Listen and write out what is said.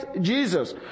jesus